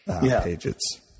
pages